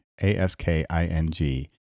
A-S-K-I-N-G